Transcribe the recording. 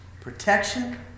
protection